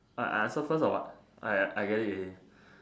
uh uh so first or what I I get it already